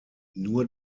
nur